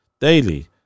daily